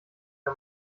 der